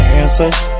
answers